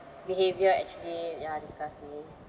behaviour actually ya disgusts me